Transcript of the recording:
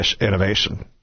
innovation